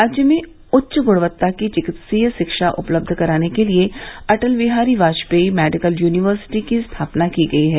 राज्य में उच्च गुणवत्ता की चिकित्सकीय शिक्षा उपलब्ध कराने के लिए अटल बिहारी वाजपेयी मेडिकल यूनिवर्सिटी की स्थापना की गयी है